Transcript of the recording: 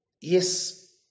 yes